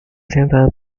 sentado